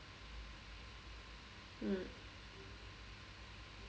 mm